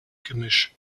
gemisch